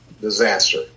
disaster